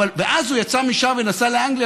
ואז הוא יצא משם ונסע לאנגליה,